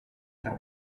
tra